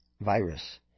virus